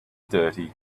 dirty